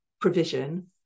provision